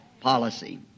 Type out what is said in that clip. policy